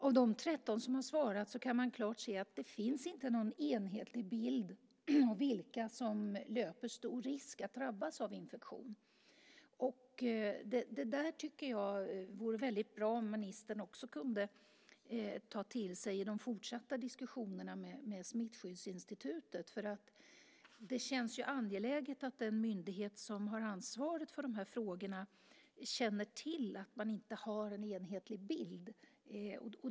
Av de 13 som har svarat kan man klart se att det inte finns någon enhetlig bild av vilka som löper stor risk att drabbas av infektion. Det där tycker jag vore väldigt bra om ministern också kunde ta till sig i de fortsatta diskussionerna med Smittskyddsinstitutet, för det känns angeläget att den myndighet som har ansvaret för de här frågorna känner till att man inte har en enhetlig bild.